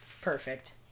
Perfect